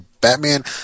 Batman